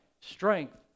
strength